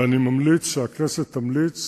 ואני ממליץ שהכנסת תמליץ